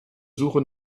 suche